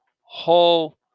whole